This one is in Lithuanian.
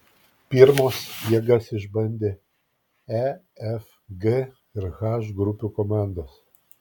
pirmos jėgas išbandė e f g ir h grupių komandos